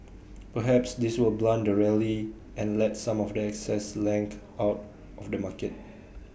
perhaps this will blunt the rally and let some of the excess length out of the market